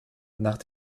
nach